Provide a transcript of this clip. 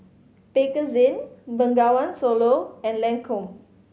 Bakerzin Bengawan Solo and Lancome